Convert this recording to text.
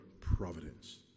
providence